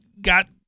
Got